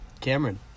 Cameron